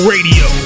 Radio